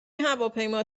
هواپیما